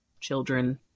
children